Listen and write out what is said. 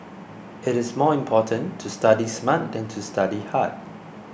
it is more important to study smart than to study hard